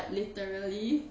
like literally